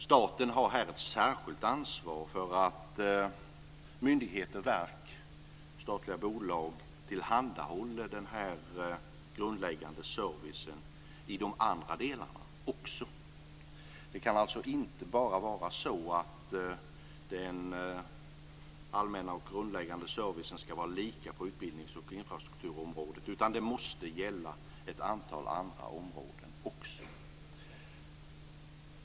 Staten har här ett särskilt ansvar för att myndigheter, verk och statliga bolag tillhandahåller den här grundläggande servicen i de andra delarna också. Det kan alltså inte bara vara så att den allmänna och grundläggande servicen ska vara lika på utbildningsoch infrastrukturområdena, utan det måste gälla ett antal andra områden också.